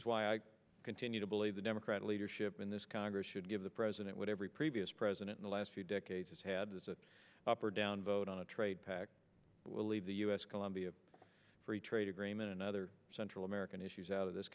is why i continue to believe the democratic leadership in this congress should give the president what every previous president in the last few decades has had the upper down vote on a trade pact will leave the us colombia free trade agreement and other central american issues out of this